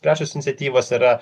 privačios iniciatyvos yra